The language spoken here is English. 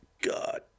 God